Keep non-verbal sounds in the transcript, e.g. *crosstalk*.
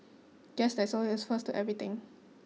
guess there is *unintelligible* a first in everything